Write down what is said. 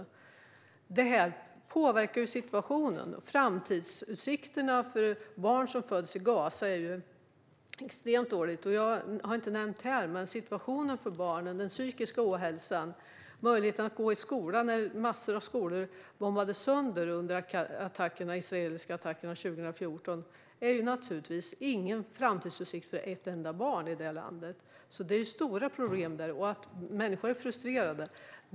Detta påverkar situationen, och framtidsutsikterna för barn som föds i Gaza är extremt dåliga. Situationen för barnen när det gäller psykisk ohälsa och möjlighet att gå i skolan - massor av skolor bombades sönder under de israeliska attackerna 2014 - är naturligtvis sådan att det inte finns några framtidsutsikter för ett enda barn i detta land. Det är alltså stora problem där, och människor är frustrerade.